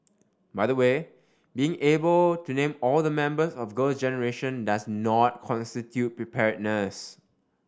by the way being able to name all the members of Girl Generation does not constitute preparedness